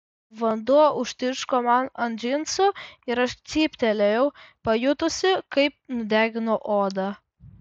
vanduo užtiško man ant džinsų ir aš cyptelėjau pajutusi kaip nudegino odą